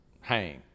hang